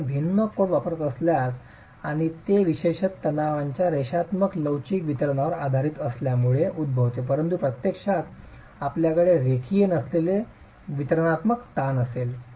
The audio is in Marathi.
आपण भिन्न कोड वापरत असल्यास आणि हे विशेषत तणावांच्या रेषात्मक लवचिक वितरणावर आधारित असल्यामुळे उद्भवते परंतु प्रत्यक्षात आपल्याकडे रेखीय नसलेले वितरणात्मक ताण असेल